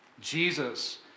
Jesus